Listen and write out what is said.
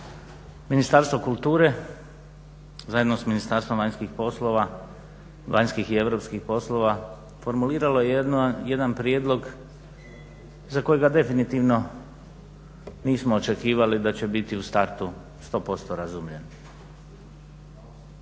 Ministarstvo kulture zajedno sa Ministarstvom vanjskih i europskih poslova formuliralo je jedna prijedlog za kojega definitivno nismo očekivali da će biti u startu 100% razumljiv.